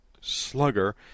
slugger